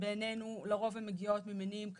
בעינינו לרוב הן מגיעות ממניעים כאלה.